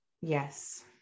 Yes